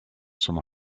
som